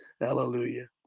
Hallelujah